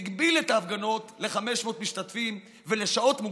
והגביל את ההפגנות ל-500 משתתפים ולשעות מוגדרות.